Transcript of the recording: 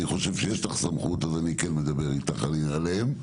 חושב שיש לך סמכות אז אני כן מדבר איתך עליהם,